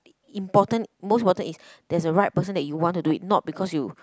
important most important is that's the right person you want to do it not because you